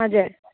हजुर